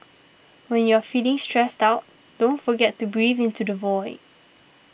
when you are feeling stressed out don't forget to breathe into the void